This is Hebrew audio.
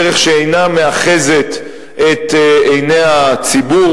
דרך שאינה מאחזת את עיני הציבור,